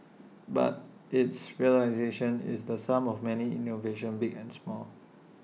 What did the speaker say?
but its realisation is the sum of many innovations big and small